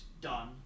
done